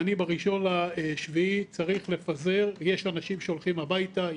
ב-1 ביולי יש אנשים שהולכים הביתה,